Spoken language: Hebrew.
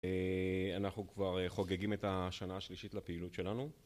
אנחנו כבר חוגגים את השנה השלישית לפעילות שלנו,